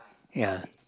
ya